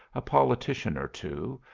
a politician or two,